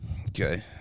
Okay